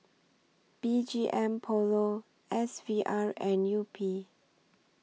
B G M Polo S V R and Yupi